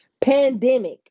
pandemic